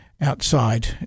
outside